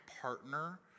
partner